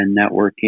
networking